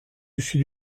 dessus